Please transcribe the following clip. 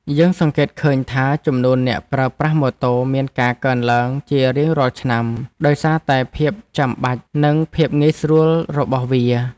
យើងសង្កេតឃើញថាចំនួនអ្នកប្រើប្រាស់ម៉ូតូមានការកើនឡើងជារៀងរាល់ឆ្នាំដោយសារតែភាពចាំបាច់និងភាពងាយស្រួលរបស់វា។